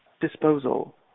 disposal